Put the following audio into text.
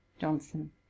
johnson